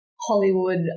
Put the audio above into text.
Hollywood